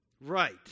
Right